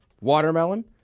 watermelon